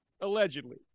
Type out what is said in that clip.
Allegedly